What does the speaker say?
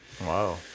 Wow